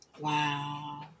Wow